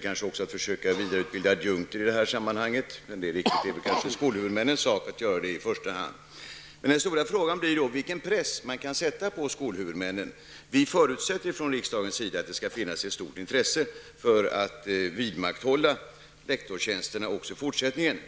kanske att också vidareutbilda adjunkter, men det är i första hand skolhuvudmännens sak. Den stora frågan blir då vilken press man kan sätta på skolhuvudmännen. Från riksdagens sida förutsätter vi att det skall finnas ett stort intresse för att vidmakthålla lektorstjänsterna också i fortsättningen.